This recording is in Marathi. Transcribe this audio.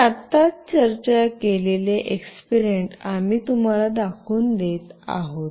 मी आत्ताच चर्चा केलेले एक्सपेरिमेंट आम्ही तुम्हाला दाखवून देत आहोत